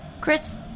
Chris